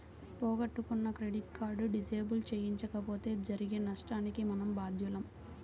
పోగొట్టుకున్న credit card disable చేయించకపోతే జరిగే నష్టానికి మనమే బాధ్యులం